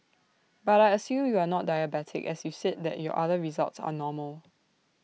but I assume you are not diabetic as you said that your other results are normal